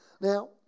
Now